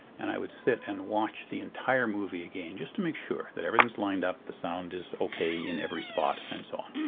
and i would sit and watch the entire movie again just to make sure that everything is lined up, the sound is okay in every spot, and so on.